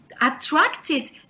attracted